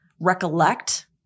recollect